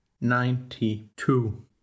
ninety-two